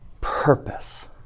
purpose